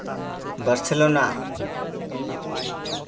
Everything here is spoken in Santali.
ᱵᱟᱨᱥᱮᱞᱳᱱᱟ